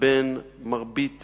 לבין מרבית